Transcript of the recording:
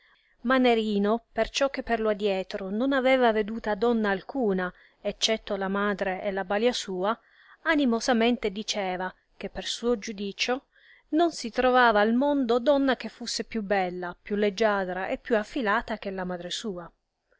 nerino perciò che per lo adietro non aveva veduta donna alcuna eccetto la madre e la balia sua animosamente diceva che per suo giudicio non si trovava al mondo donna che fusse più bella più leggiadra e più affilata che la madre sua